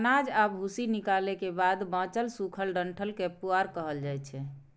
अनाज आ भूसी निकालै के बाद बांचल सूखल डंठल कें पुआर कहल जाइ छै